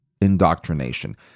indoctrination